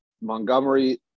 Montgomery